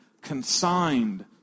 consigned